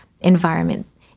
environment